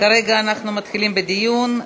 כרגע אנחנו מתחילים בדיון.